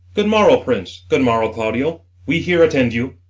good morrow, prince good morrow, claudio we here attend you.